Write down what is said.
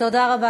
תודה רבה.